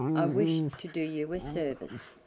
i wished to do you a service.